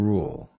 Rule